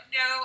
no